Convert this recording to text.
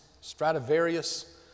Stradivarius